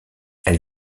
elle